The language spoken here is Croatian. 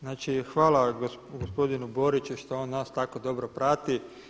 Znači hvala gospodinu Boriću što on nas tako dobro prati.